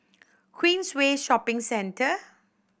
Queensway Shopping Centre